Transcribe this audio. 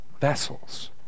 vessels